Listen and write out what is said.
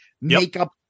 Makeup